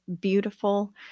beautiful